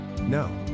No